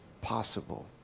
possible